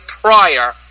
prior